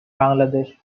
bangladesh